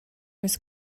was